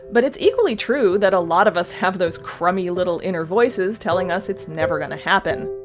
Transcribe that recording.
but it's equally true that a lot of us have those crummy, little inner voices telling us it's never going to happen.